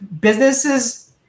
businesses